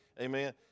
Amen